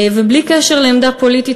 בלי קשר לעמדה פוליטית,